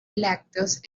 lácteos